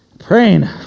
praying